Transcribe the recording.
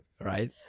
Right